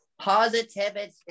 positivity